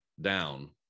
down